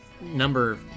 number